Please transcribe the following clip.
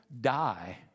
die